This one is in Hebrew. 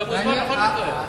אתה מוזמן בכל מקרה.